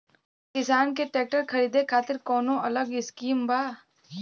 का किसान के ट्रैक्टर खरीदे खातिर कौनो अलग स्किम बा?